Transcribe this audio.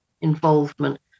involvement